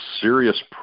serious